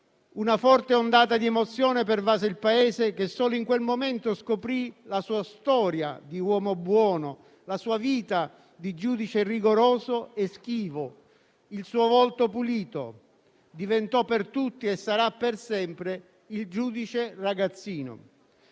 Una forte ondata di emozione pervase il Paese, che solo in quel momento scoprì la sua storia di uomo buono, la sua vita di giudice rigoroso e schivo, il suo volto pulito. Diventò per tutti e sarà per sempre il giudice ragazzino.